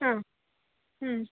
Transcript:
ಹಾಂ ಹ್ಞೂ